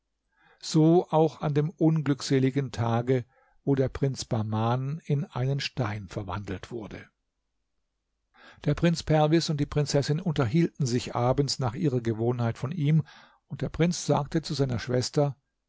so auch an dem unglückseligen tage wo der prinz bahman in einen stein verwandelt wurde der prinz perwis und die prinzessin unterhielten sich abends nach ihrer gewohnheit von ihm und der prinz sagte zu seiner schwester